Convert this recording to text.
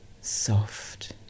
soft